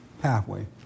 pathway